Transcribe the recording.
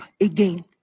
again